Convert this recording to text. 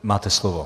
Máte slovo.